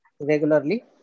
regularly